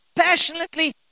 Passionately